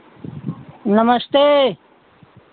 नमस्ते